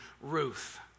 Ruth